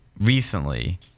recently